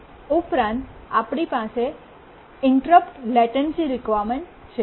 ઉપરાંત આપણી પાસે ઇન્ટરપ્ટ લેટન્સી રિકવાયર્મન્ટ છે